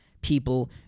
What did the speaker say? people